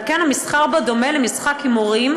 ועל כן המסחר בו דומה למשחק הימורים,